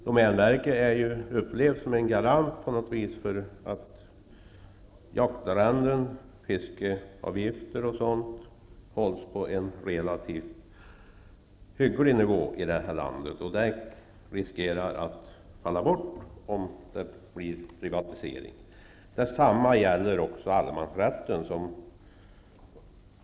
Domänverket har ju upplevts som en garant för att avgifter för jaktarrenden, fiskeavgifter osv. hålls på en relativt hygglig nivå i det här landet. Dessa riskerar att gå förlorade om det blir privatisering. Detsamma gäller allemansrätten.